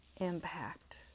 impact